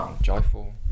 joyful